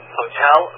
hotel